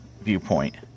viewpoint